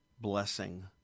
blessing